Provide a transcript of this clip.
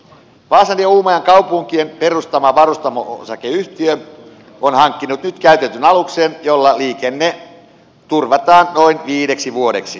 vaasan ja uumajan kaupunkien perustama varustamo osakeyhtiö on hankkinut nyt käytetyn aluksen jolla liikenne turvataan noin viideksi vuodeksi